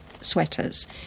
sweaters